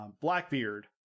Blackbeard